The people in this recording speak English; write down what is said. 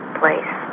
place